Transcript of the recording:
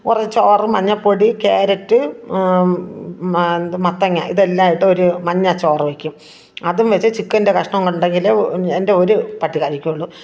കുറേ ചോറും മഞ്ഞൾപ്പൊടി ക്യാരറ്റ് എന്താണ് മത്തങ്ങ ഇതെല്ലം ഇട്ടൊരു മഞ്ഞ ചോറ് വയ്ക്കും അതും വച്ച് ചിക്കൻ്റെ കഷ്ണവും ഉണ്ടെങ്കിൽ എൻ്റെ ഒരു പട്ടി കഴിക്കുകയുള്ളു